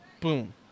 boom